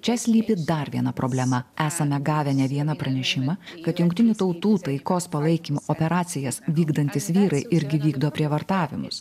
čia slypi dar viena problema esame gavę ne vieną pranešimą kad jungtinių tautų taikos palaikymo operacijas vykdantys vyrai irgi vykdo prievartavimus